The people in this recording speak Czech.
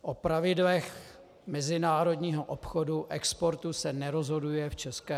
O pravidlech mezinárodního obchodu, exportu, se nerozhoduje v ČR.